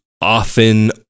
often